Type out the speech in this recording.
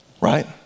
right